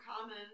common